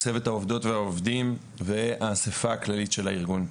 צוות העובדות והעובדים והאספה הכללית של הארגון.